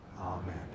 Amen